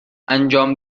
انجام